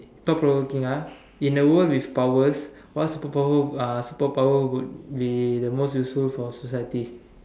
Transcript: thought provoking ah in the world with powers what super power uh super power would be the most useful for society